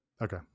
Okay